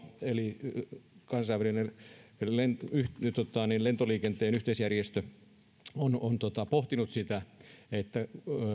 eli kansainvälinen lentoliikenteen yhteisjärjestö on on pohtinut sitä että